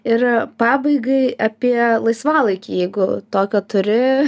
ir pabaigai apie laisvalaikį jeigu tokio turi